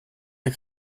der